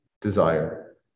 desire